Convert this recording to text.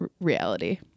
reality